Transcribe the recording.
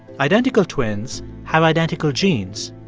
identical twins have identical genes.